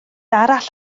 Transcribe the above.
arall